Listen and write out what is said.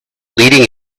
leading